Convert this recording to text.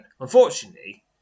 Unfortunately